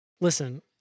Listen